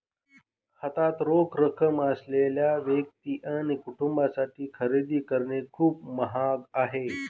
हातात रोख रक्कम असलेल्या व्यक्ती आणि कुटुंबांसाठी खरेदी करणे खूप महाग आहे